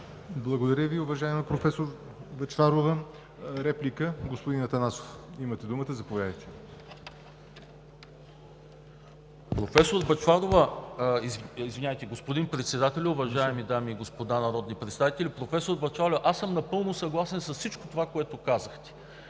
Благодаря Ви, уважаема професор Бъчварова. Реплика? Господин Атанасов, имате думата – заповядайте. СЛАВЧО АТАНАСОВ (ОП): Господин Председателю, уважаеми дами и господа народни представители! Професор Бъчварова, аз съм напълно съгласен с всичко това, което казахте.